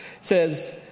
says